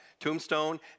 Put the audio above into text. tombstone